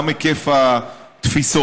גם היקף התפיסות.